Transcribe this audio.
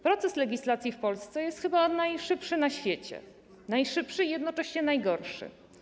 Proces legislacji w Polsce jest chyba najszybszy na świecie, najszybszy i jednocześnie najgorszy.